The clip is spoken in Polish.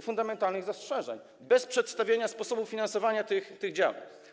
fundamentalnych zastrzeżeń, bez przedstawienia sposobu finansowania tych działań.